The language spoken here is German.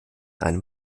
einem